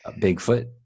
Bigfoot